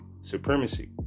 supremacy